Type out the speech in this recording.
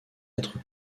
être